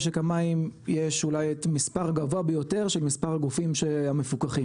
משק המים יש אולי את המספר הגבוה ביותר של מספר הגופים המפוקחים,